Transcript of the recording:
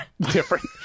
different